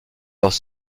leurs